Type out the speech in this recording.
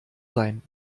sein